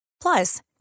Plus